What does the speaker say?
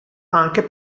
anche